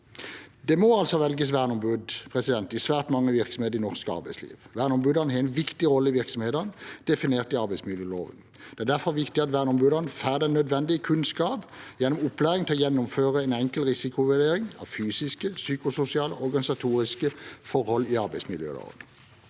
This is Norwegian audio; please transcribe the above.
altså velges verneombud i svært mange virksomheter i norsk arbeidsliv. Verneombudene har en viktig rolle i virksomhetene, definert i arbeidsmiljøloven. Det er derfor viktig at verneombudene får den nødvendige kunnskapen gjennom opplæring til å gjennomføre en enkel risikovurdering av fysiske, psykososiale og organisatoriske forhold i arbeidsmiljøet